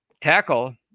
tackle